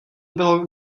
bylo